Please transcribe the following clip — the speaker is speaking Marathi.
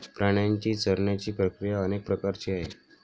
प्राण्यांची चरण्याची प्रक्रिया अनेक प्रकारची आहे